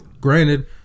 Granted